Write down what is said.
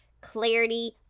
clarity